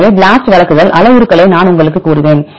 எனவே BLAST வழங்கும் அளவுருக்களை நான் உங்களுக்கு கூறுவேன்